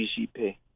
GCP